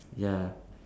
ya